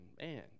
man